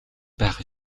байх